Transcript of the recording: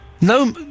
No-